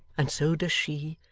and so does she,